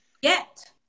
get